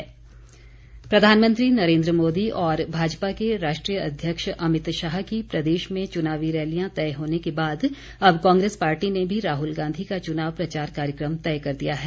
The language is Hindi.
प्रचार कांग्रेस प्रधानमंत्री नरेन्द्र मोदी और भाजपा के राष्ट्रीय अध्यक्ष अमित शाह की प्रदेश में चुनावी रैलियां तय होने के बाद अब कांग्रेस पार्टी ने भी राहुल गांधी का चुनाव प्रचार कार्यक्रम तय कर दिया है